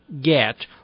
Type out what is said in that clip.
get